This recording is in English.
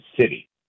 City